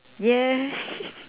yes